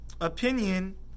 opinion